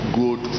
good